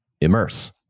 Immerse